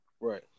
Right